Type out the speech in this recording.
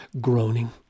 groaning